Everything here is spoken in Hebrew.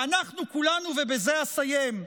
ואנחנו כולנו, ובזה אסיים,